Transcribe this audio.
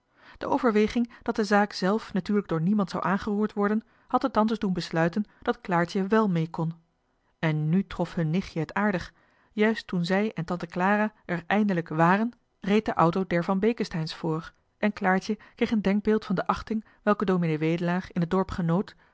de overweging dat de zaak zelf natuurlijk door niemand zou aangeroerd worden had de tantes doen besluiten dat claartje wèl mee kon en nu trof hun nichtje het aardig juist toen zij en tante clara er eindelijk waren reed de auto der van beeckesteyn's voor en claartje kreeg een denkbeeld van de achting welke dominee wedelaar in het dorp genoot